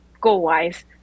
goal-wise